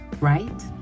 right